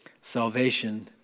Salvation